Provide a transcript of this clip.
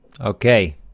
Okay